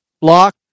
block